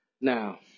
Now